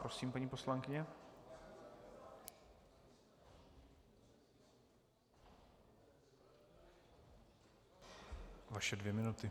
Prosím, paní poslankyně, vaše dvě minuty.